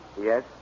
Yes